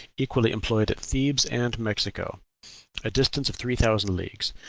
equally employed at thebes and mexico a distance of three thousand leagues.